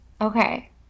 okay